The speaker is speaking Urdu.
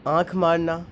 آنکھ مارنا